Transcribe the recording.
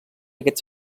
aquest